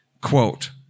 Quote